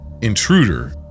Intruder